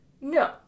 No